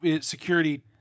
Security